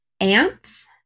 Ants